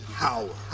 power